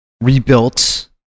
rebuilt